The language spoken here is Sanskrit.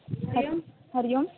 हरि ओं हरि ओम्